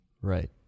Right